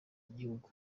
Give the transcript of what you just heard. gihugu